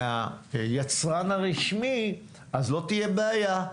מהיצרן הרשמי, אז לא תהיה בעיה.